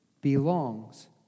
belongs